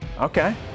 Okay